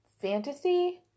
fantasy